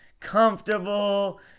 comfortable